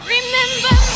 Remember